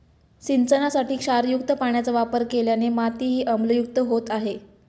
सिंचनासाठी क्षारयुक्त पाण्याचा वापर केल्याने मातीही आम्लयुक्त होत आहे